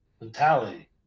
mentality